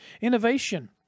Innovation